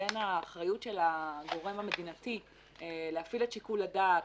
בין האחריות של הגורם המדינתי להפעיל את שיקול הדעת